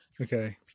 Okay